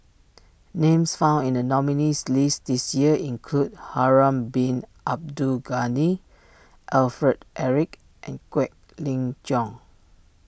names found in the nominees' list this year include Harun Bin Abdul Ghani Alfred Eric and Quek Ling Jiong